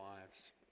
lives